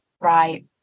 right